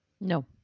No